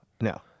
no